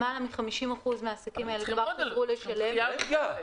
למעלה מ-50% מהעסקים האלה חזרו לשלם כרגע את ההלוואות.